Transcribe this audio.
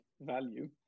value